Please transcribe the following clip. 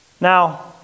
Now